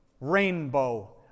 rainbow